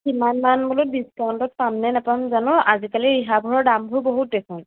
কিমান মান বোলে ডিচকাউণ্টত পাম নে নাপাম জানো আজিকালি ৰিহাবোৰৰ দামবোৰ বহুত দেখোন